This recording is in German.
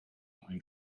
ein